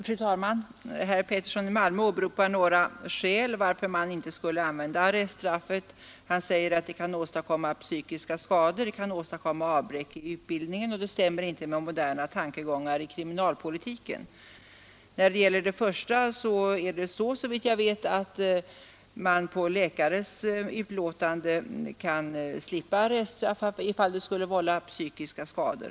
Fru talman! Herr Alf Pettersson i Malmö åberopar några skäl för ett avskaffande av arreststraffet. Han säger att det kan åstadkomma psykiska skador, att det kan åstadkomma avbräck i utbildningen och att det inte stämmer med moderna tankegångar i kriminalpolitiken. Vad beträffar det första skälet är det så, såvitt jag vet, att värnpliktig på grundval av läkares utlåtande kan slippa arreststraff, ifall det skulle vålla psykiska skador.